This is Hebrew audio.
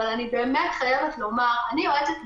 אני יועצת משפטית,